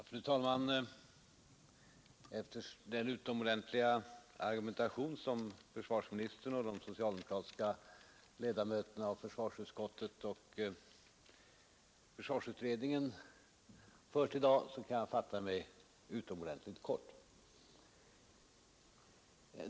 Fru talman! Efter den utomordentliga argumentation som försvarsministern och de socialdemokratiska ledamöterna i försvarsutskottet och i försvarsutredningen har fört här i dag kan jag fatta mig mycket kort.